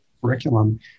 curriculum